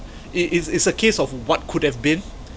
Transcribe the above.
it it it's a case of what could have been